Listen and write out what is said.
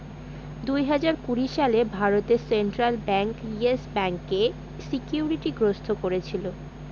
দুই হাজার কুড়ি সালে ভারতে সেন্ট্রাল ব্যাঙ্ক ইয়েস ব্যাঙ্কে সিকিউরিটি গ্রস্ত করেছিল